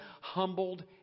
humbled